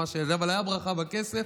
אבל הייתה ברכה בכסף,